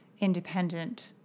independent